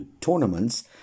tournaments